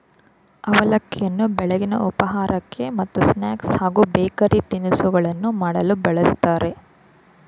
ಅವಲಕ್ಕಿಯನ್ನು ಬೆಳಗಿನ ಉಪಹಾರಕ್ಕೆ ಮತ್ತು ಸ್ನಾಕ್ಸ್ ಹಾಗೂ ಬೇಕರಿ ತಿನಿಸುಗಳನ್ನು ಮಾಡಲು ಬಳ್ಸತ್ತರೆ